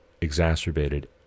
exacerbated